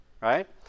right